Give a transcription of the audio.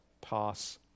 pass